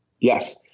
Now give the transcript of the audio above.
Yes